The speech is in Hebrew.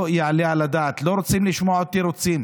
לא יעלה על הדעת, לא רוצים לשמוע עוד תירוצים,